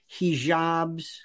hijabs